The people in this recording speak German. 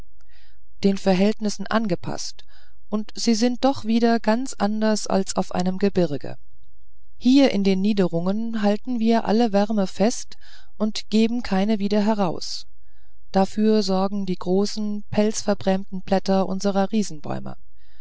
den verhältnissen angepaßt und die sind doch wieder ganz andere als auf einem gebirge hier in den niederungen halten wir alle wärme fest und geben keine wieder heraus dafür sorgen die großen pelzverbrämten blätter unsrer